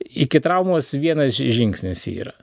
iki traumos vienas žingsnis yra